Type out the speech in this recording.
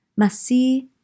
Masih